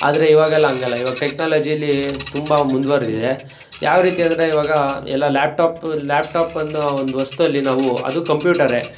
ಆದರೆ ಇವಾಗೆಲ್ಲ ಹಂಗಲ್ಲ ಇವಾಗ ಟೆಕ್ನಾಲಜೀಲಿ ತುಂಬ ಮುಂದುವರೆದಿದೆ ಯಾವ ರೀತಿ ಅಂದರೆ ಇವಾಗ ಎಲ್ಲ ಲ್ಯಾಪ್ ಟಾಪ್ ಲ್ಯಾಪ್ಟಾಪನ್ನೋ ಒಂದು ವಸ್ತುವಲ್ಲಿ ನಾವು ಅದು ಕಂಪ್ಯೂಟರೇ